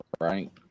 right